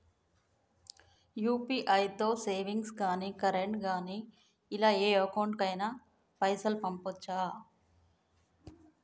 UPI తో savings గాని current గాని ఇలా ఏ అకౌంట్ కైనా పైసల్ పంపొచ్చా?